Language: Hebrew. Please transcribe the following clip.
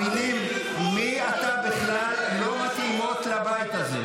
מי הוא בכלל שיטיף לי מוסר,